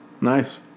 Nice